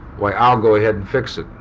why, i'll go ahead fix it.